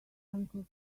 uncle